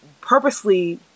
purposely